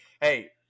Hey